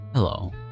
Hello